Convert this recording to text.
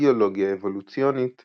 ביולוגיה אבולוציונית